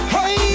Hey